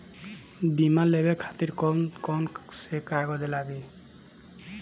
बीमा लेवे खातिर कौन कौन से कागज लगी?